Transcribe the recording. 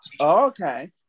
Okay